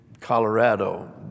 Colorado